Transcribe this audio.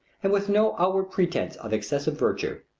and with no outward pretence of excessive virtue.